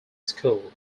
school